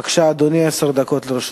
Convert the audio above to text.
בבקשה, אדוני, עשר דקות לרשותך.